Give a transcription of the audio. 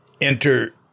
enter